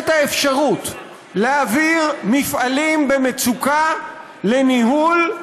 את האפשרות להעביר מפעלים במצוקה לניהול,